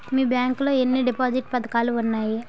మీ bank లో ఎన్ని deposit పథకాలు ఉన్నాయి?